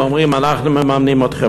ואומרים: אנחנו מממנים אתכם.